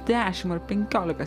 dešim ar penkiolika